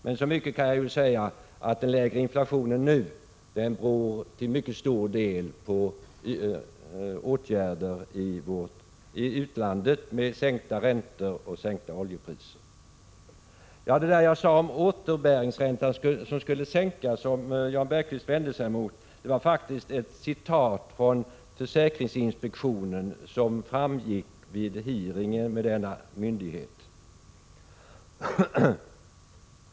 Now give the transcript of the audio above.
Vad jag dock redan nu kan säga är att den lägre inflation som vi har till mycket stor del beror på åtgärder i utlandet — jag tänker då på sänkta räntor och sänkta oljepriser. Jan Bergqvist vände sig emot vad jag sade om återbäringsräntan och om att denna skulle sänkas. Men det jag anförde var faktiskt ett citat av ett uttalande från försäkringsinspektionen. Citatet härrör från en hearing med denna myndighet.